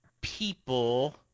people